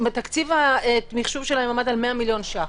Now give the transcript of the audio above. תקציב המחשוב שלהם עמד על 100 מיליון ש"ח.